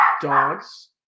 dogs